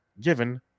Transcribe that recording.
given